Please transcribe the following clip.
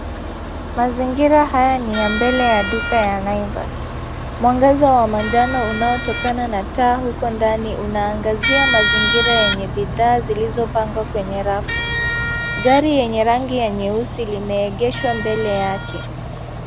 Mazingira haya ni ya mbele ya duka ya Naivas. Mwangaza wa manjano unaotokana na taa huko ndani, unaangazia mazingira yenye bidhaa zilizopangwa kwenye rafu. Gari lenye rangi ya nyeusi limeegeshwa mbele yake.